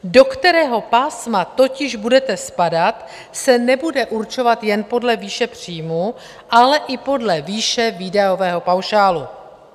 Do kterého pásma totiž budete spadat, se nebude určovat jen podle výše příjmů, ale i podle výše výdajového paušálu.